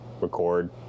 record